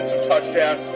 Touchdown